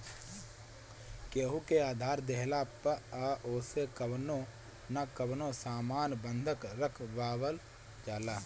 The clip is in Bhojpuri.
केहू के उधार देहला पअ ओसे कवनो न कवनो सामान बंधक रखवावल जाला